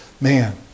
Man